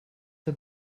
the